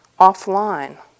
offline